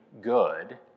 good